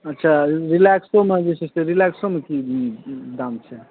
अच्छा रिलैक्सोमे जे छै से रिलैक्सोमे की दाम छै